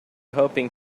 hoping